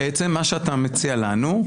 בעצם מה שאתה מציע לנו,